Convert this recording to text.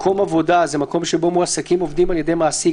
"'מקום עבודה' זה מקום שבו מועסקים עובדים על ידי מעסיק